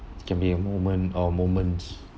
can be a moment or moments